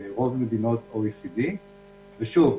ברוב מדינות OECD. שוב,